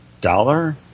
dollar